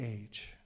age